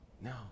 no